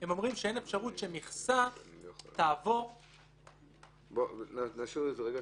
הם אומרים שאין אפשרות שמכסה תעבור --- נשאיר את זה רגע.